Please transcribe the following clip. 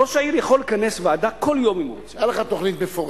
ראש העיר יכול לכנס ועדה כל יום, אם הוא רוצה.